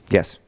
Yes